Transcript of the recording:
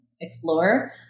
explore